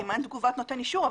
אם אין תגובת נותן אישור.